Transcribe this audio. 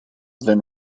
then